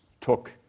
took